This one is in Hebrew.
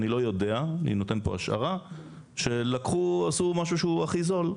אני לא יודע עשו משהו שהוא הכי זול.